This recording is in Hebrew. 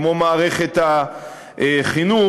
כמו מערכת החינוך,